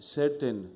certain